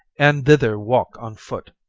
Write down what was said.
and thither walk on foot.